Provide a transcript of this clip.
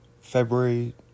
February